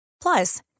Plus